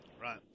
Right